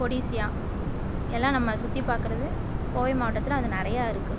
கொடிசியா எல்லாம் நம்ம சுற்றி பாக்கிறது கோவை மாவட்டத்தில் அது நிறையருக்கு